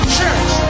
church